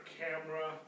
camera